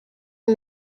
are